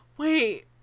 Wait